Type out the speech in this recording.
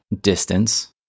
distance